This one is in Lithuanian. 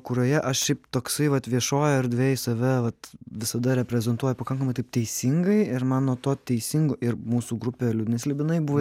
kurioje aš šiaip toksai vat viešojoj erdvėj save vat visada reprezentuoju pakankamai taip teisingai ir man nuo to teisingo ir mūsų grupė liūdni slibinai buvo įkalinta